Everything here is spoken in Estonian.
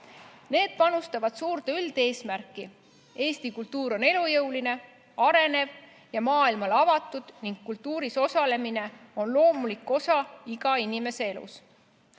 Need panustavad suurde üldeesmärki: Eesti kultuur on elujõuline, arenev ja maailmale avatud ning kultuuris osalemine on loomulik osa iga inimese elus.